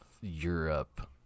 Europe